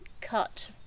cut